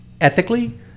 ethically